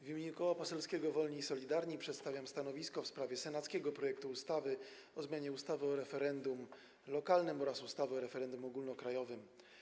W imieniu Koła Poselskiego Wolni i Solidarni przedstawiam stanowisko w sprawie senackiego projektu ustawy o zmianie ustawy o referendum lokalnym oraz ustawy o referendum ogólnokrajowym.